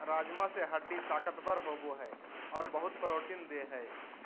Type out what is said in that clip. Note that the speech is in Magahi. राजमा से हड्डी ताकतबर होबो हइ और बहुत प्रोटीन देय हई